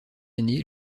année